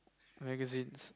magazines